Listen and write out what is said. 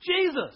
Jesus